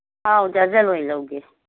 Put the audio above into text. ꯑꯧ ꯗ꯭ꯔꯖꯟ ꯑꯣꯏ ꯂꯧꯒꯦ